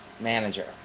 Manager